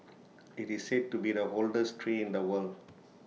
IT is said to be the oldest tree in the world